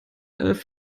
elf